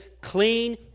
clean